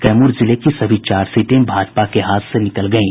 कैमूर जिले की सभी चार सीटें भाजपा के हाथ से निकल गयी